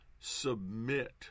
Submit